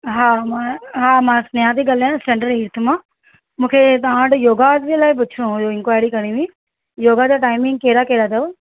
हा मां हा मां स्नेहा थी ॻाल्हायां सेंट्रल ईस्ट मां मूंखे तव्हां वटि योगा वटि जे लाइ पुछणो हुयो इंक्वायरी करिणी हुई योगा जा टाइमिंग कहिड़ा कहिड़ा अथव